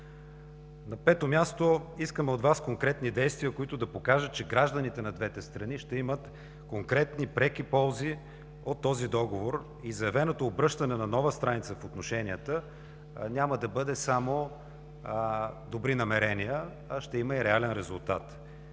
На пето място, искаме от Вас конкретни действия, които да покажат, че гражданите на двете страни ще имат конкретни преки ползи от този договор, и заявеното обръщане на нова страница в отношенията няма да бъде само добри намерения, а ще има и реален резултат